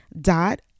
dot